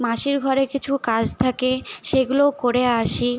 মাসির ঘরে কিছু কাজ থাকে সেগুলোও করে আসি